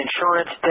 insurance